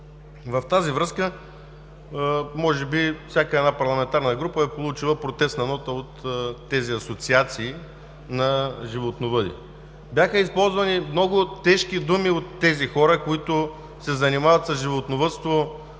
В тази връзка може би всяка парламентарна група е получила протестна нота от асоциациите на животновъди. Бяха използвани много тежки думи от тези хора, които се занимават с животновъдство